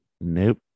Nope